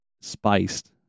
spiced